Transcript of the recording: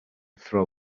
throw